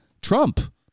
trump